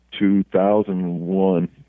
2001